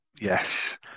Yes